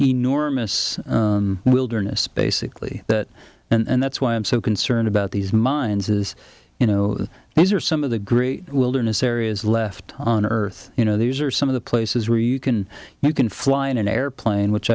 enormous wilderness basically that and that's why i'm so concerned about these mines is you know these are some of the gree wilderness areas left on earth you know these are some of the places where you can you can fly in an airplane which